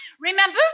Remember